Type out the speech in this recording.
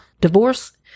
Divorce